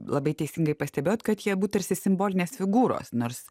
labai teisingai pastebėjot kad jie abu tarsi simbolinės figūros nors